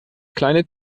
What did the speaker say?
kleine